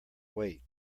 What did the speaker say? wait